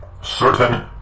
certain